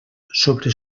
sobre